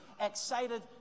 excited